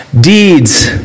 deeds